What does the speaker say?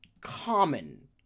common